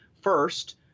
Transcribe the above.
First